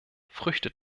früchte